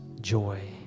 joy